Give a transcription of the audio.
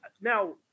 Now